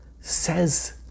Says